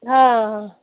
آ آ